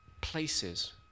places